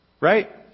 right